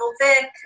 Vick